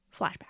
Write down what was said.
flashback